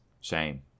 Shame